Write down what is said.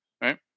right